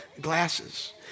glasses